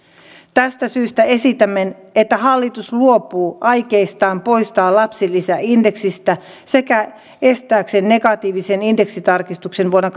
tästä syystä esitämme että hallitus luopuu aikeistaan poistaa lapsilisä indeksistä sekä estääkseen negatiivisen indeksitarkistuksen vuonna